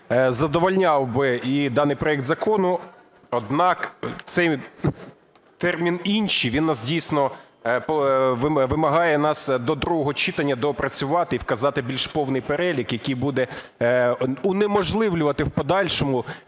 задовольняв би і даний проект закону, однак цей термін інший. Він, дійсно, вимагає нас до другого читання доопрацювати і вказати більш повний перелік, який буде унеможливлювати в подальшому